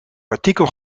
artikel